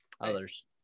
others